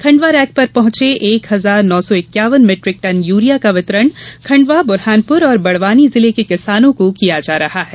Khandwa rake पर पहुँचे एक हजार नौ सौ इक्यावन मीट्रिक टन यूरिया का वितरण खण्डवा बुरहानपुर और बड़वानी जिले के किसानों को किया जा रहा है